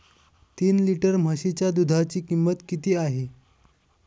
तीन लिटर म्हशीच्या दुधाची किंमत किती आहे?